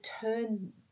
turn